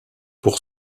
pour